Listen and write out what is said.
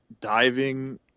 diving